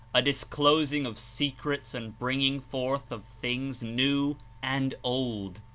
a disclosing of secrets and bringing forth of things new and old.